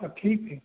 ठीक है